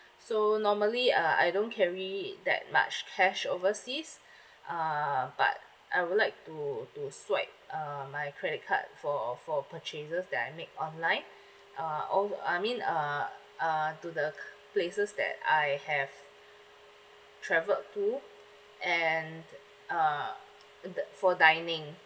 so normally uh I don't carry that much cash overseas uh but I would like to to swipe uh my credit card for for purchases that I make online uh of I mean uh uh to the places that I have travelled to and uh the for dining